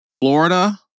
Florida